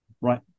right